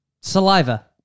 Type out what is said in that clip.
Saliva